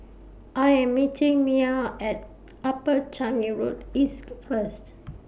I Am meeting Mia At Upper Changi Road East First